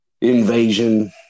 invasion